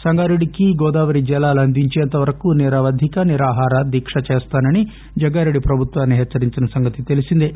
సంగారెడ్డికి గోదావరి జలాలు అందించేవరకు నిరవధిక నిరాహార దీక్ష చేస్తానని జగ్గారెడ్డి ప్రభుత్వాన్ని హెచ్చరించిన సంగతి తెలీసిందే